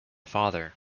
father